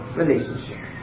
relationship